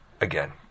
again